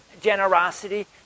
generosity